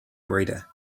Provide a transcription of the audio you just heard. breeder